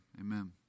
amen